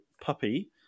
puppy